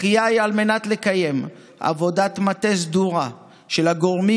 הדחייה היא על מנת לקיים עבודת מטה סדורה של הגורמים